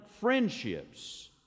friendships